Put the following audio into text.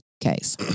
case